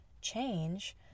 change